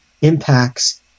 impacts